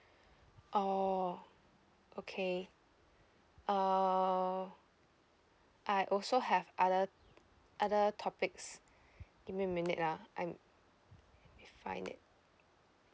oh okay uh I also have other other topics give me a minute ah I'm will find it